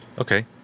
Okay